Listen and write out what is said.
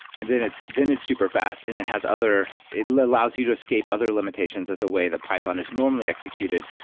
and then it's then it's superfast and it has other it allows you to escape other limitations of the way the python is normally executed.